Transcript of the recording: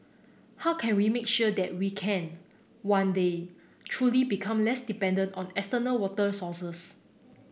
how can we make sure that we can one day truly become less dependent on external water sources